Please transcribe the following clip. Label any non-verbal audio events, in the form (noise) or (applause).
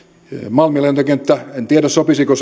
malmin lentokenttä en tiedä sopisiko (unintelligible)